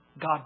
God